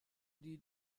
die